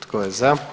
Tko je za?